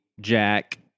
Jack